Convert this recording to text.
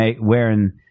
wearing